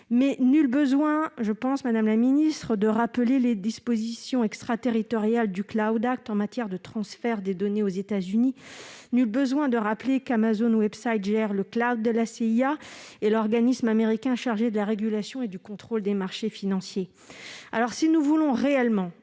Mais nul besoin, madame la ministre, de rappeler les dispositions extraterritoriales du en matière de transfert des données aux États-Unis. Nul besoin non plus de rappeler qu'Amazon Website gère le de la CIA et de l'organisme américain chargé de la régulation et du contrôle des marchés financiers. Si nous voulons réellement,